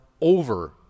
over